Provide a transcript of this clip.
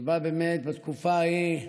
שבא באמת בתקופה ההיא,